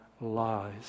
lies